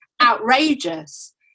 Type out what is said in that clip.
outrageous